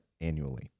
annually